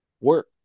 work